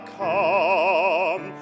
come